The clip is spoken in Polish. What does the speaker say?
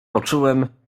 poczułem